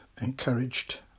encouraged